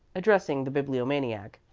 addressing the bibliomaniac,